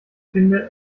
finde